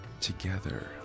together